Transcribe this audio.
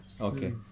Okay